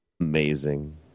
Amazing